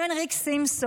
שמן ריק סימפסון,